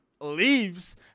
leaves